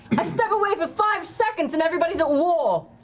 i step away for five seconds and everybody's at war.